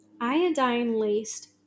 iodine-laced